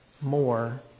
more